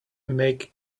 make